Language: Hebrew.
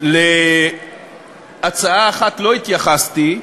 להצעה אחת לא התייחסתי,